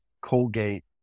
Colgate